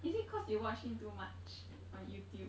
is it cause you watch him too much on YouTube